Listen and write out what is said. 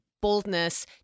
boldness